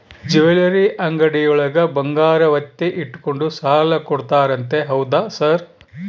Jewellery ಅಂಗಡಿಯೊಳಗ ಬಂಗಾರ ಒತ್ತೆ ಇಟ್ಕೊಂಡು ಸಾಲ ಕೊಡ್ತಾರಂತೆ ಹೌದಾ ಸರ್?